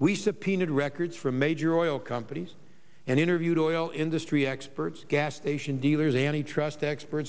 we subpoenaed records from major oil companies and interviewed oil industry experts gas station dealers antitrust experts